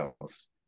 else